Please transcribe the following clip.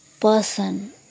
person